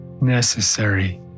necessary